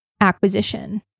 acquisition